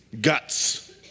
Guts